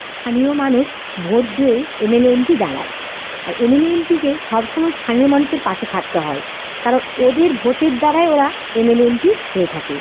স্থানীয় মানুষ ভোট দিয়েই M L A M P দাঁড়ায় আর এম এল এ এম পিকে সব সময় স্থানীয় মানুষের পাশে থাকতে হয় কারণ ওদের ভোটের দ্বারাই ওরা M L A M P হয়ে থাকে